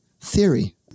theory